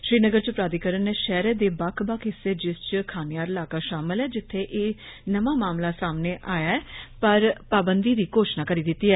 श्रीनगर च प्राधिकरण नै शैहरे दे बक्ख बक्ख हिस्से जिस च खनयार इलाका शामल ऐ जित्थे एह नमां मामला सामने आया ऐ पर पांबधी दी घोशणा करी दिती ऐ